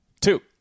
two